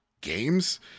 games